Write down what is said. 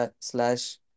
slash